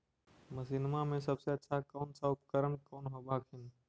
मसिनमा मे सबसे अच्छा कौन सा उपकरण कौन होब हखिन?